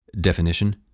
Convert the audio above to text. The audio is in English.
Definition